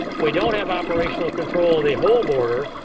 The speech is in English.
we don't have operational control of the whole border.